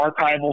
archival